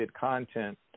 content